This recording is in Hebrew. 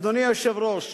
אדוני היושב-ראש,